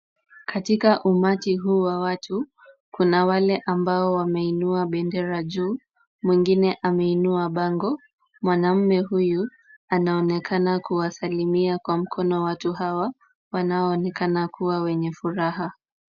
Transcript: Katika umati huu wa watu kuna wale ambao wameinua bendera juu, mwingine ameinua bango , mwanamume huyu anaonekana kuwasalmia kwa mkono watu hawa wanaonekana kua wenye furaha .